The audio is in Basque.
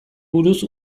buruz